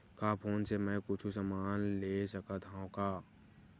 का फोन से मै हे कुछु समान ले सकत हाव का?